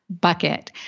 bucket